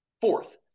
Fourth